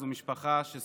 זו משפחה שסובלת.